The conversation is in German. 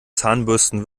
zahnbürsten